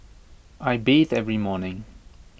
I bathe every morning